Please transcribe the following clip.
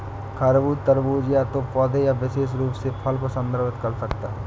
खरबूज, तरबूज या तो पौधे या विशेष रूप से फल को संदर्भित कर सकता है